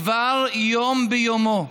דבר יום ביומו,